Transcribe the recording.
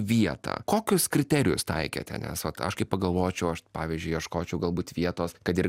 vietą kokius kriterijus taikėte nes vat aš kaip pagalvočiau aš pavyzdžiui ieškočiau galbūt vietos kad ir